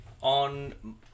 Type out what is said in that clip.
On